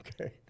Okay